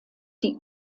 die